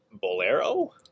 Bolero